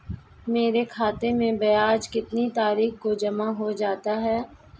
मेरे खाते में ब्याज कितनी तारीख को जमा हो जाता है?